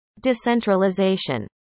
decentralization